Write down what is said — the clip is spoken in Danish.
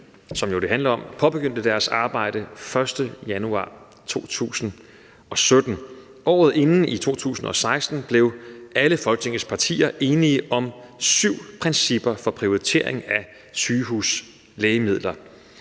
som det jo handler om, påbegyndte deres arbejde den 1. januar 2017. Året inden, i 2016, blev alle Folketingets partier enige om syv principper for prioritering af sygehuslægemidler,